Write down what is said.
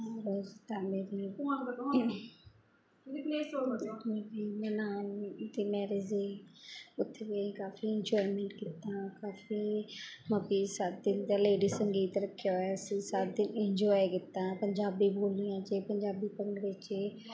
ਔਰ ਉਸ ਤਾਨੇ ਦੀ ਨਨਾਣ ਦੀ ਮੈਰਿਜ ਹੋਈ ਉੱਥੇ ਗਈ ਕਾਫੀ ਇੰਜੋਇਮੈਂਟ ਕੀਤਾ ਕਾਫੀ ਮਾਪੀ ਸੱਤ ਦਿਨ ਦਾ ਲੇਡੀਸ ਸੰਗੀਤ ਰੱਖਿਆ ਹੋਇਆ ਸੀ ਸੱਤ ਦਿਨ ਇੰਜੋਏ ਕੀਤਾ ਪੰਜਾਬੀ ਬੋਲੀਆਂ 'ਚ ਪੰਜਾਬੀ ਭੰਗੜੇ 'ਚ